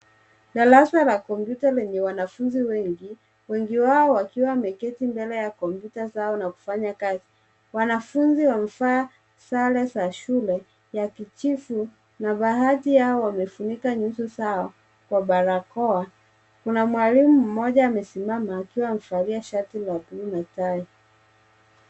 Darasa la kompyuta lenye wanafunzi wengi, wengi wao wakiwa wameketi mbele ya kompyuta zao na kufanya kazi. Wanafunzi wamevaa sare za shule ya kijivu na baadhi yao wamefunika nyuso zao kwa barakoa. Kuna mwalimu mmoja amesimama akiwa amevalia shati la buluu na tai.